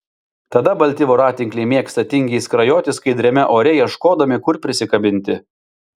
tada balti voratinkliai mėgsta tingiai skrajoti skaidriame ore ieškodami kur prisikabinti